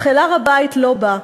"אך אל הר-הבית לא בא: